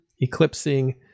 eclipsing